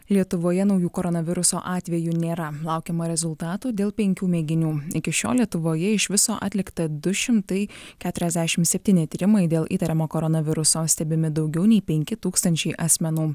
lietuvoje naujų koronaviruso atvejų nėra laukiama rezultatų dėl penkių mėginių iki šiol lietuvoje iš viso atlikta du šimtai keturiasdešimt septyni tyrimai dėl įtariamo koronaviruso stebimi daugiau nei penki tūkstančiai asmenų